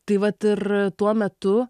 tai vat ir tuo metu